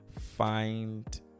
find